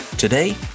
Today